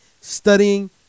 studying